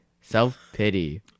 self-pity